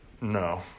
No